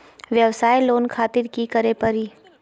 वयवसाय लोन खातिर की करे परी?